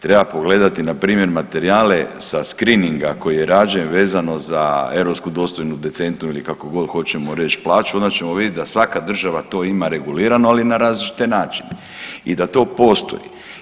Treba pogledati npr. materijale sa screening-a koji je rađen vezano za europsku dostojnu, decentnu ili kako god hoćemo reći plaću, onda ćemo vidjet da svaka država to ima regulirano ali na različite načine i da to postoji.